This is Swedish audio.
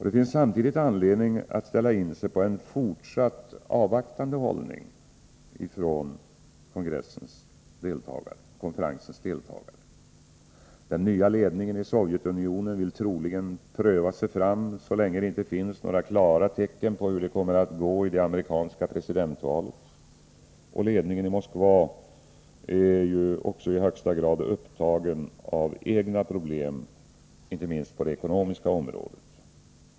Det finns samtidigt anledning att ställa in sig på en fortsatt avvaktande hållning från konferensens deltagare. Den nya ledningen i Sovjetunionen vill troligen pröva sig fram så länge det inte finns några klara tecken på hur det kommer att gå i det amerikanska presidentvalet. Ledningen i Moskva är också i högsta grad upptagen av egna problem, inte minst på det ekonomiska området.